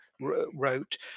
wrote